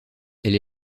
elle